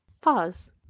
Pause